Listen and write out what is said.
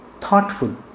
thoughtful